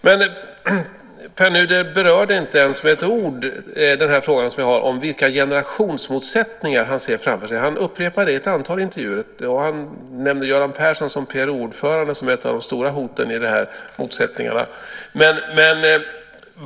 Pär Nuder berörde inte ens med ett ord min fråga om vilka generationsmotsättningar han ser framför sig. Han upprepar detta i ett antal intervjuer och nämner Göran Persson som PRO-ordförande som ett av de stora hoten när det gäller dessa motsättningar.